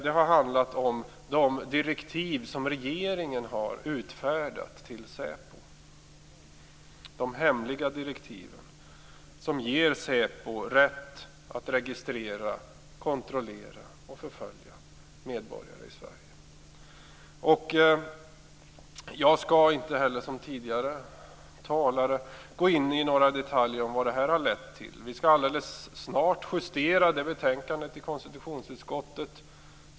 Det har handlat om de hemliga direktiv som regeringen har utfärdat till säpo och som ger säpo rätt att registrera, kontrollera och förfölja medborgare i Sverige. Jag skall inte, vilket inte heller tidigare talare gjort, gå in på några detaljer om vad detta har lett till. Vi skall alldeles snart justera det betänkandet i konstitutionsutskottet.